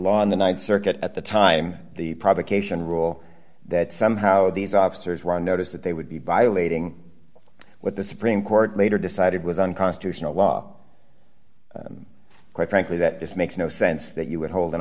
law on the th circuit at the time the provocation rule that somehow these officers were on notice that they would be violating what the supreme court later decided was unconstitutional law quite frankly that this makes no sense that you would hold an